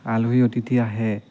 আলহি অতিথি আহে